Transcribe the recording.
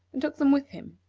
and took them with him.